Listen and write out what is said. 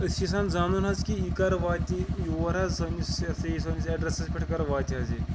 أسۍ چھِ یَژھان زانُن حظ کہِ یہِ کَر واتہِ یور حظ سٲنِس یَتھ یہِ سٲنِس ایٚڈرَسَس پٮ۪ٹھ کَر واتہِ حظ یہِ